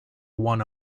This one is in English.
one